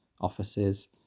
offices